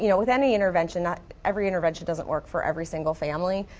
you know with any intervention, not every intervention doesn't work for every single family.